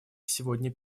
сегодня